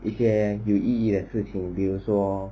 一些有意义的事情比如说